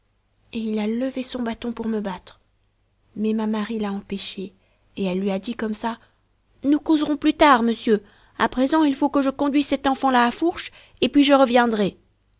et il a levé son bâton pour me battre mais ma marie l'a empêché et elle lui a dit comme ça nous causerons plus tard monsieur à présent il faut que je conduise cet enfant-là à fourche et puis je reviendrai